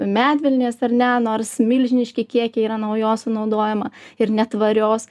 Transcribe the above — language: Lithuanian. medvilnės ar ne nors milžiniški kiekiai yra naujos sunaudojama ir netvarios